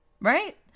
Right